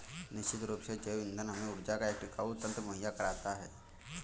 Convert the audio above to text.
निश्चित रूप से जैव ईंधन हमें ऊर्जा का एक टिकाऊ तंत्र मुहैया कराता है